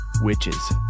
Witches